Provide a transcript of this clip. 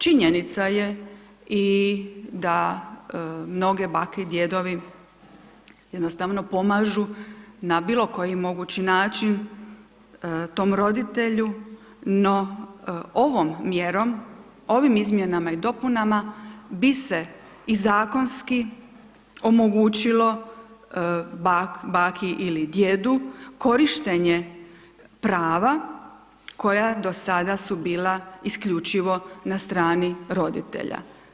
Činjenica je i da mnoge bake i djedovi jednostavno pomažu na bilo koji mogući način tom roditelju no ovom mjerom, ovim izmjenama i dopunama bi se i zakonski omogućilo baki ili djedu korištenje prava koja do sada su bila isključivo na strani roditelja.